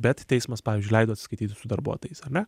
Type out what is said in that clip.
bet teismas pavyzdžiui leido atsiskaityti su darbuotojais ar ne